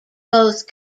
both